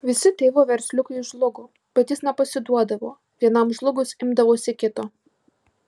visi tėvo versliukai žlugo bet jis nepasiduodavo vienam žlugus imdavosi kito